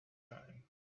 time